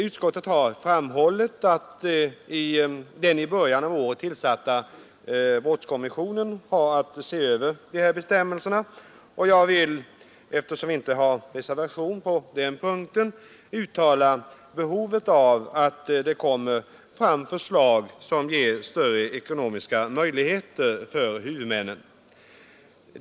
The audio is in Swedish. Utskottet har framhållit att den i början av året tillsatta brottskommissionen har att se över dessa bestämmelser. Jag vill, eftersom vi inte har någon reservation på den punkten, understryka behovet av att det kommer fram förslag som ger större ekonomiska möjligheter för huvudmännen.